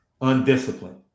undisciplined